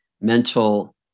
mental